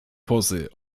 pozy